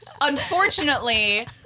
unfortunately